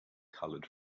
colored